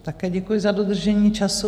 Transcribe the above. Také děkuji, za dodržení času.